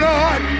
Lord